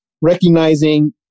recognizing